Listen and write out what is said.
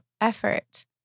effort